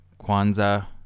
Kwanzaa